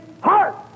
heart